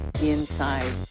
inside